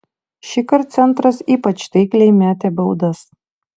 šįkart centras ypač taikliai metė baudas